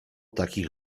takich